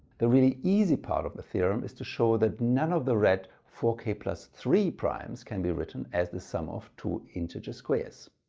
the really easy part of the theorem is to show that none of the red four k three primes can be written as the sum of two integer squares.